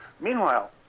Meanwhile